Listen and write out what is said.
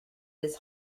this